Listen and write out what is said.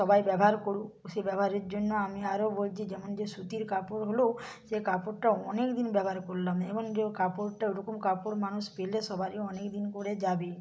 সবাই ব্যবহার করুক সেই ব্যবহারের জন্য আমি আরো বলছি যেমন যে সুতির কাপড় হলেও সে কাপড়টা অনেক দিন ব্যবহার করলাম এবং যে কাপড়টা ওরকম কাপড় মানুষ পেলে সবারই অনেক দিন করে যাবে